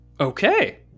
Okay